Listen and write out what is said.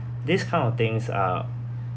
these kind of things are